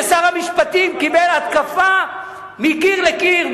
ששר המשפטים קיבל התקפה מקיר לקיר,